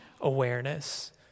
awareness